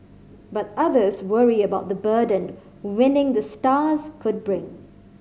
but others worry about the burden winning the stars could bring